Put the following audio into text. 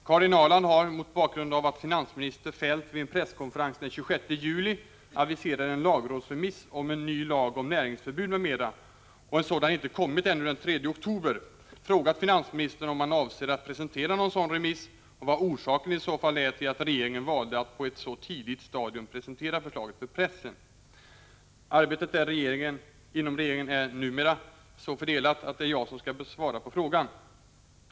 Herr talman! Karin Ahrland har — mot bakgrund av att finansminister Feldt vid en presskonferens den 26 juli aviserade en lagrådsremiss om en ny lag om näringsförbud m.m. och en sådan inte kommit ännu den 3 oktober — frågat finansministern om han avser att presentera någon sådan remiss och vad orsaken i så fall är till att regeringen valde att på ett så tidigt stadium presentera förslaget för pressen. Arbetet inom regeringen är numera så fördelat att det är jag som skall svara på frågan.